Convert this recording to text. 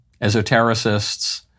esotericists